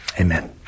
Amen